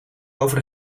over